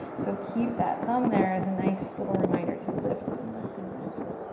so keep that thumb there as a nice little reminder to lift, and lift, and lift.